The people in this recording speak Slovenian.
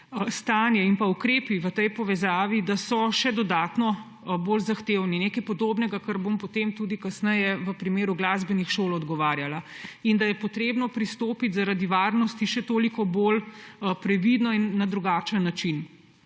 stanje in ukrepi v tej povezavi še bolj zahtevni – nekaj podobnega, kot bom potem tudi kasneje v primeru glasbenih šol odgovarjala – in da je potrebno pristopiti zaradi varnosti še toliko bolj previdno in na drugačen način.